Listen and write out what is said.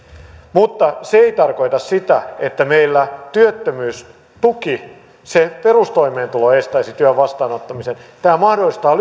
mutta se ei tarkoita sitä että meillä työttömyystuki se perustoimeentulo estäisi työn vastaanottamisen tämä mahdollistaa